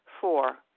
Four